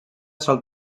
sol